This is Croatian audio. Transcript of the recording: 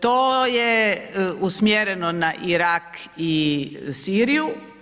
To je usmjereno na Irak i Siriju.